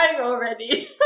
already